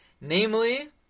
namely